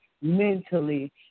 mentally